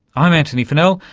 i'm antony funnell,